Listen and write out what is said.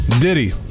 Diddy